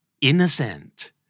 Innocent